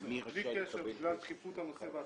להתפרסם בלי קשר בגלל דחיפות הנושא והתעריפים.